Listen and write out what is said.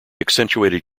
accentuated